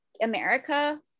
America